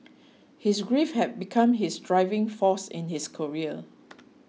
his grief had become his driving force in his career